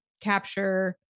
capture